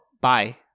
bye